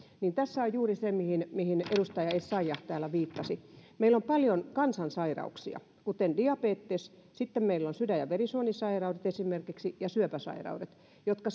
tässä on juuri se mihin mihin edustaja essayah täällä viittasi meillä on paljon kansansairauksia kuten diabetes sitten meillä on esimerkiksi sydän ja verisuonisairaudet ja syöpäsairaudet jotka